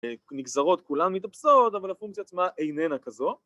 ‫נגזרות כולן מתאפסות, ‫אבל הפונקציה עצמה איננה כזו.